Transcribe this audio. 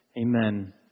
Amen